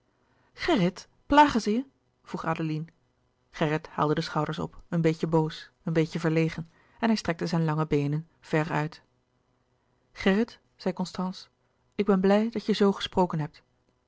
gerrit plagen ze je vroeg adeline gerrit haalde de schouders op een beetje boos een beetje verlegen en hij strekte zijn lange beenen ver uit gerrit zei constance ik ben blij dat je zoo gesproken hebt